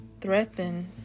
threaten